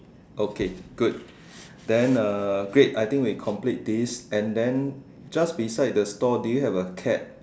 okay good then uh great I think we complete this and then just beside the store do you have a cat